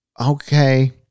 okay